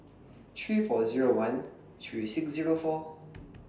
three four Zero one three six Zero four